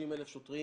30,000 שוטרים,